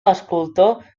escultor